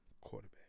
quarterback